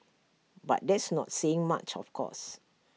but that's not saying much of course